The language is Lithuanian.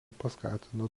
paskatino